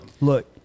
Look